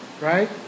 right